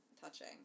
touching